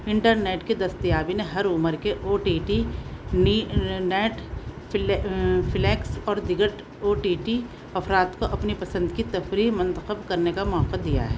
internet کے دستیابی نے ہر عمر کے O T T Netflix اور دیگر او ٹی ٹی افراد کو اپنی پسند کی تفریح منتخب کرنے کا موقع دیا ہے